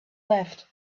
left